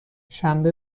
شنبه